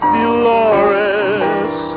Dolores